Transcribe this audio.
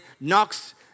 knocks